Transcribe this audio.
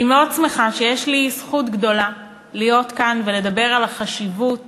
אני מאוד שמחה שיש לי זכות גדולה להיות כאן ולדבר על החשיבות